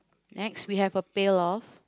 next we have a pail of